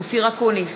אופיר אקוניס,